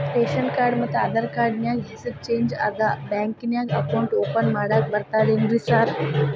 Ration card ಮತ್ತ Aadhaar card ನ್ಯಾಗ ಹೆಸರು ಚೇಂಜ್ ಅದಾ ಬ್ಯಾಂಕಿನ್ಯಾಗ ಅಕೌಂಟ್ ಓಪನ್ ಮಾಡಾಕ ಬರ್ತಾದೇನ್ರಿ ಸಾರ್?